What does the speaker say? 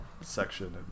section